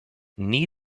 knee